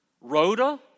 Rhoda